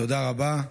תודה רבה.